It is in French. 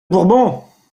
bourbons